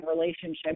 relationship